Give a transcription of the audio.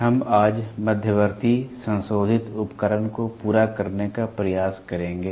हम आज मध्यवर्ती संशोधित उपकरण को पूरा करने का प्रयास करेंगे